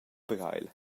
breil